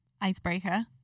Icebreaker